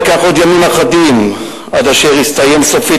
ייקח עוד ימים אחדים עד אשר יסתיים סופית